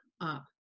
up